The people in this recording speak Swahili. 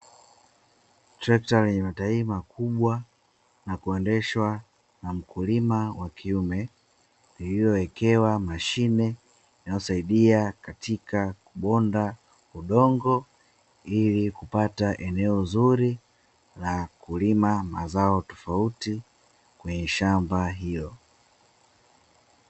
Trekta lenye matairi makubwa na kuendeshwa na mkulima wa kiume, lililowekewa mashine inayosaidia katika kuponda udongo, ili kupata eneo zuri ili kulima mazao tofauti kwenye shamba hilo.